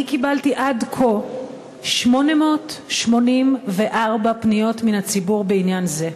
אני קיבלתי עד כה 884 פניות מן הציבור בעניין זה.